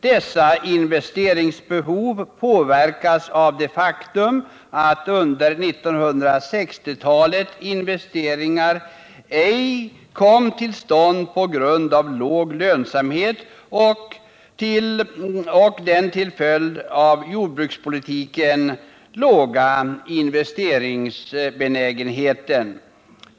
Dessa investeringsbehov påverkas dels av det faktum att under 1960-talet investeringar ej kom till stånd på grund av låg lönsamhet, dels av den till följd av jordbrukspolitiken låga investeringsbenägenheten.